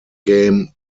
game